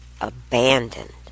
abandoned